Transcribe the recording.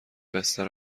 بستر